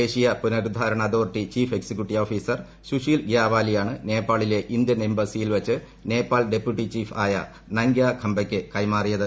ദേശീയ പുനരുദ്ധാരണ authority chief executive officer Sushil ഗൃാവാലിയാണ് നേപ്പാളിലെ ഇന്ത്യൻ എംബസിയിൽ വെച്ച് നേപ്പാൾ ഡെപ്യൂട്ടി ചീഫ് ആയ നങ്ക്യ ഖംപയ്ക്ക് കൈമാറിയത്